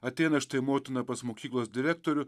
ateina štai motina pas mokyklos direktorių